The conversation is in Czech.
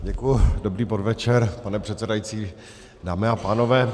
Děkuji, dobrý podvečer, pane předsedající, dámy a pánové.